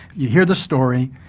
you hear the story,